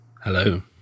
Hello